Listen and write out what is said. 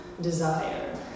desire